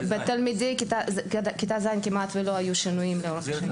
בתלמי כיתה ז' כמעט ולא היו שינויים לאורך השנים.